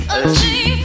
achieve